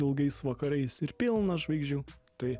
ilgais vakarais ir pilna žvaigždžių tai